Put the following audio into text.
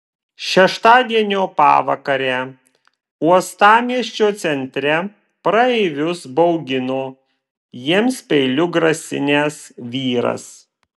šeštadienio pavakarę uostamiesčio centre praeivius baugino jiems peiliu grasinęs vyras